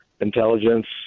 intelligence